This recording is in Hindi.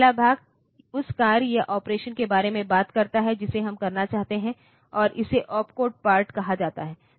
पहला भाग उस कार्य या ऑपरेशन के बारे में बात करता है जिसे हम करना चाहते हैं और इसे ओपकोड पार्ट कहा जाता है